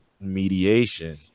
mediation